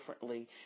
differently